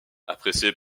apprécié